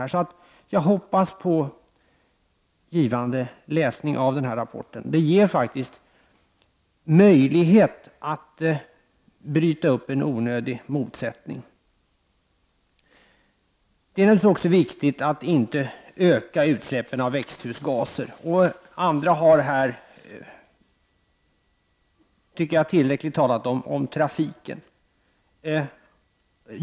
Jag hoppas därför att statsministern får en givande läsning av rapporten. Det ger möjlighet att bryta upp en onödig motsättning. Det är naturligtvis också viktigt att inte öka utsläppen av växthusgaser. Andra har här talat tillräckligt mycket om trafiken.